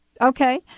Okay